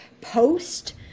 post